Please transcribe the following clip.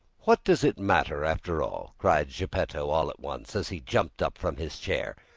what does it matter, after all? cried geppetto all at once, as he jumped up from his chair.